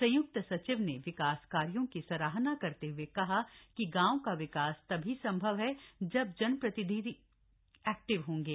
संय्क्त सचिव ने विकास कार्यों की सराहना करते हए कहा कि गांव का विकास तभी संभव है जब जनप्रतिनिधि उपस्थित एक्टिव होंगे